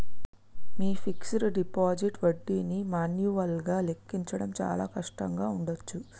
మీ fixed deposit వడ్డీని మాన్యువల్గా లెక్కించడం చాలా కష్టంగా ఉండచ్చు